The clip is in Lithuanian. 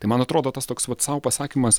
tai man atrodo tas toks vat sau pasakymas